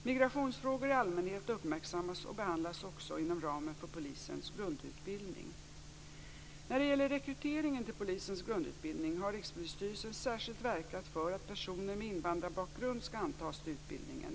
Migrationsfrågor i allmänhet uppmärksammas och behandlas också inom ramen för polisens grundutbildning. När det gäller rekryteringen till polisens grundutbildning har Rikspolisstyrelsen särskilt verkat för att personer med invandrarbakgrund skall antas till utbildningen.